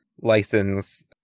license